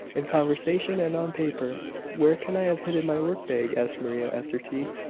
in conversation and on paper. where can i have hidden my work bag? asked maria, after tea.